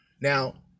Now